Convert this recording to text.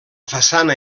façana